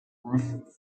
roof